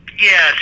Yes